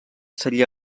seria